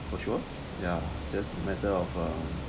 for sure ya just a matter of uh